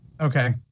Okay